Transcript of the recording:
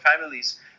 families